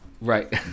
right